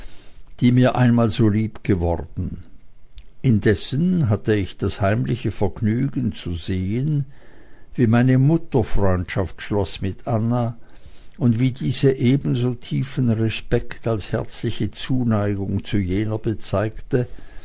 die mir einmal so lieb geworden indessen hatte ich das heimliche vergnügen zu sehen wie meine mutter freundschaft schloß mit anna und wie diese ebenso tiefen respekt als herzliche zuneigung zu jener bezeigte